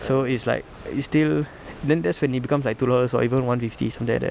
so it's like it's still then that's when it becomes like two dollars or even one fifty something like that